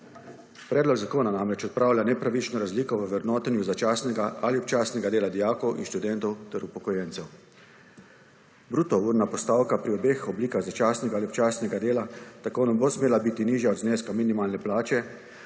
Predlog zakona namreč odpravlja nepravično razliko v vrednotenju začasnega ali občasnega dela dijakov in študentov ter upokojencev. 8. TRAK: (DAG) – 10.35 (nadaljevanje) Bruto urna postavka pri obeh oblikah začasnega ali občasnega dela tako ne bo smela biti nižja od zneska minimalne plače,